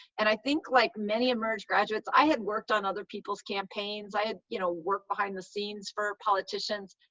and i think like many emerge graduates, i had worked on other people's campaigns i had you know work behind the scenes for politicians.